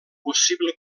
possible